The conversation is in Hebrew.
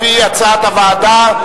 לפי הצעת הוועדה,